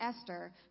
Esther